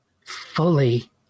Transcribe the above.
fully